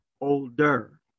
older